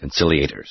Conciliators